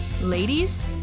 Ladies